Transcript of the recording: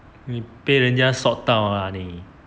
你被人家 sot 到啊你